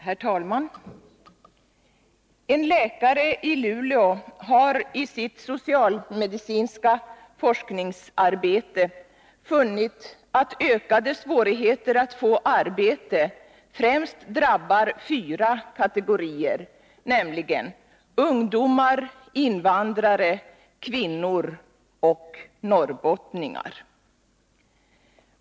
Herr talman! En läkare i Luleå har i sitt socialmedicinska forskningsarbete funnit att ökade svårigheter att få arbete främst drabbar fyra kategorier, nämligen ungdomar, invandrare, kvinnor och norrbottningar.